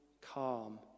calm